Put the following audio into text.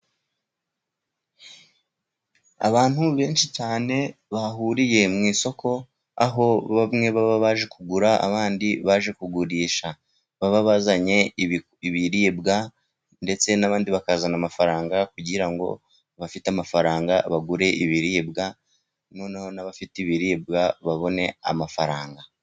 Abantu benshi cyane bahuriye mu isoko, aho bamwe baba baje kugura, abandi baje kugurisha. Baba bazanye ibiribwa, ndetse n'abandi bakazana amafaranga, kugira ngo abafite amafaranga bagure ibiribwa, noneho n'abafite ibiribwa babone amafaranga.